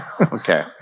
Okay